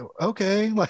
Okay